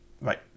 right